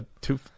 two